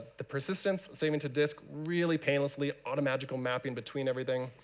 the persistence, saving to disk really painlessly on a magical mapping between everything.